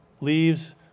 leaves